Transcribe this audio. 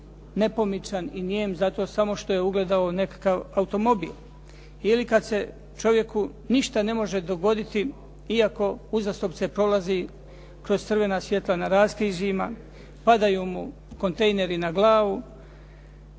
nepomičan i nijem zato samo što je ugledao nekakav automobil. Ili kad se čovjeku ništa ne može dogoditi, iako uzastopce prolazi kroz crvena svjetla na raskrižjima, padaju mu kontejneri na glavu